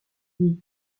lee